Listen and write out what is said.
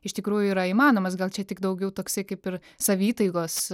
iš tikrųjų yra įmanomas gal čia tik daugiau toksai kaip ir saviįtaigos